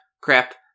crap